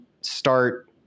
start